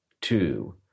Two